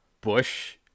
Bush